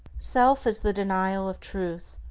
self is the denial of truth.